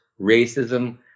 racism